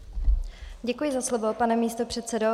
Děkuji za slovo, pane místopředsedo.